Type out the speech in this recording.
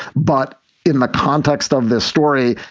but in the context of this story,